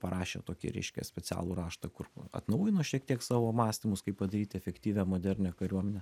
parašė tokį reiškia specialų raštą kur atnaujino šiek tiek savo mąstymus kaip padaryt efektyvią modernią kariuomenę